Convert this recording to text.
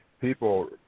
people